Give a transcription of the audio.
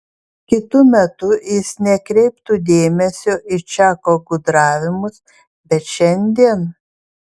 kitu metu jis nekreiptų dėmesio į čako gudravimus bet šiandien